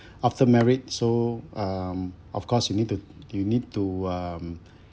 after married so um of course you need to you need to um